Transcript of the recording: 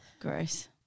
gross